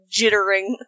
jittering